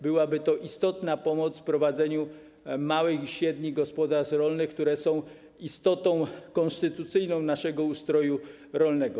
Byłaby to istotna pomoc w prowadzeniu małych i średnich gospodarstw rolnych, które są konstytucyjną istotą naszego ustroju rolnego.